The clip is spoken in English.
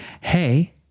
hey